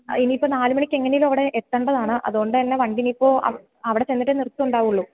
ആ ഇനിയിപ്പോൾ നാല് മണിക്ക് എങ്ങനെയെങ്കിലും അവിടെ ഏതാണ്ടതാണ് അതു കൊണ്ടു തന്നെ വണ്ടി ഇനിയിപ്പോൾ അവിടെ ചെന്നിട്ടെ നിർത്തുണ്ടാകുള്ളു